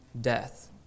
death